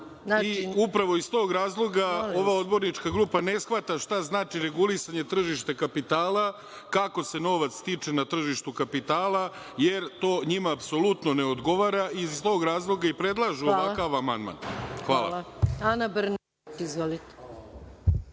Upravo iz tog razloga ova odbornička grupa ne shvata šta znači regulisanje tržišta kapitala, kako se novac stiče na tržištu kapitala, jer to njima apsolutno ne odgovara i iz tog razloga i predlažu ovakav amandman. **Maja Gojković** Hvala. Reč